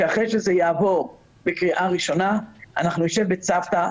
שאחרי שזה יעבור בקריאה ראשונה אנחנו נשב בצוותא,